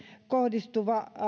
kohdistuva